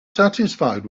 satisfied